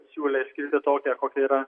siūlė skirti tokią kokia yra